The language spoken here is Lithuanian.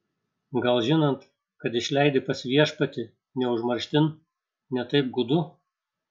gal žinant kad išleidi pas viešpatį ne užmarštin ne taip gūdu